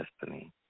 destiny